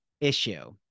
issue